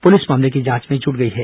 police मामले की जांच में जुट गई है